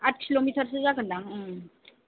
आद किल'मिटारसो जागोनदां